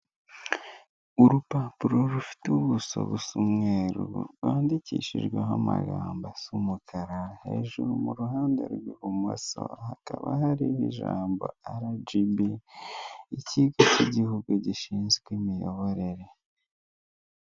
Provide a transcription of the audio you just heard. Urubaburo rufite ubuso busa umweru rwandikishijweho amagambo asa umukara, hejuru mu ruhande rw'ibumoso hakaba hariho ijambo RGB ikigo k'igihugu gishinzwe imiyoborere.